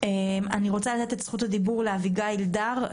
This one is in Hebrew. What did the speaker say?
ואני רוצה לתת את זכות הדיבור לאביגיל דר,